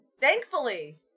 Thankfully